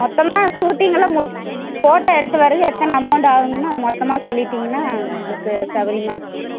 மொத்தமாக சூட்டிங்களா மு ஃபோட்டோ எடுத்து வரது எத்தனை அமௌண்டு ஆகுன்னு மொத்தமாக சொல்லிட்டீங்கனா எங்களுக்கு சவுரியமாக இருக்கும் மேம்